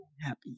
happy